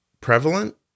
prevalent